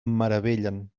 meravellen